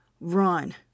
Run